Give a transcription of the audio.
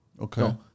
Okay